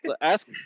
Ask